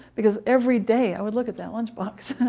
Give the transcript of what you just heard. because every day i would look at that lunch box,